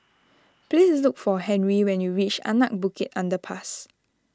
please look for Henri when you reach Anak Bukit Underpass